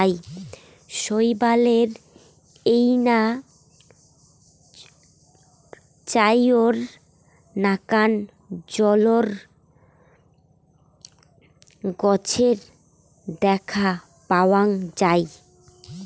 শৈবালের এইনা চাইর নাকান জলজ গছের দ্যাখ্যা পাওয়াং যাই